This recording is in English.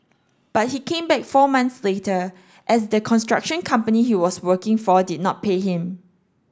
but he came back four months later as the construction company he was working for did not pay him